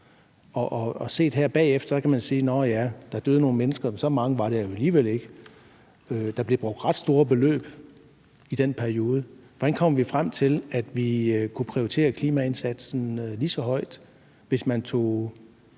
Og set her bagefter kan man sige: Nå ja, der døde nogle mennesker, men så mange var det alligevel ikke. Der blev brugt ret store beløb i den periode. Hvordan kommer vi frem til, at vi kunne prioritere klimaindsatsen lige så højt, hvis man tog